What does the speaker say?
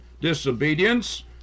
disobedience